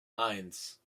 eins